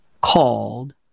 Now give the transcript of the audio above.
called